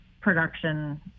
production